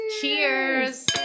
Cheers